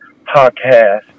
podcast